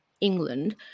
England